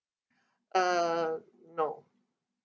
uh no